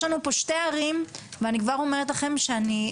יש לנו פה שתי ערים ואני כבר אומרת לכם שאני,